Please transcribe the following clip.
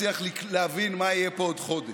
אף אחד לא מצליח להבין מה יהיה פה עוד חודש.